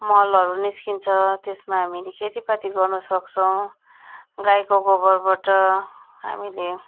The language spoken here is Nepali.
मलहरू निस्किन्छ त्यसमा हामीले खेतीपाती गर्न सक्छौँ गाईको गोबरबाट हामीले